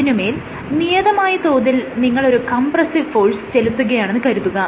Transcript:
അതിന്മേൽ നിയതമായ തോതിൽ നിങ്ങൾ ഒരു കംപ്രസ്സിവ് ഫോഴ്സ് ചെലുത്തുകയാണെന്ന് കരുതുക